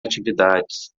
atividades